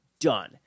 done